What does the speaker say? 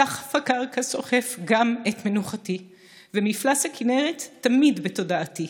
/ סחף הקרקע סוחף גם את מנוחתי / ומפלס הכנרת תמיד בתודעתי.